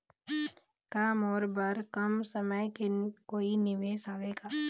का मोर बर कम समय के कोई निवेश हावे का?